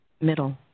Middle